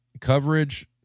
coverage